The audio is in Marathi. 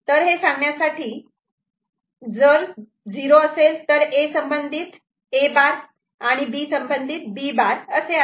तर हे सांगण्यासाठी जर 0 असेल तर A संबंधित A' आणि B संबंधित B' असे आहे